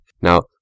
Now